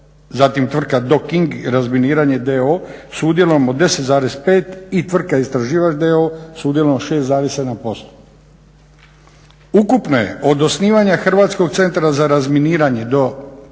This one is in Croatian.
Zatim, tvrtka "Doking razminiranje" d.o.o. s udjelom od 10,5 i tvrtka "Istraživač" d.o.o. s udjelom od 6,7%. Ukupne od osnivanja Hrvatskog centra za razminiranje do